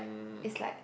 is like